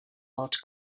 art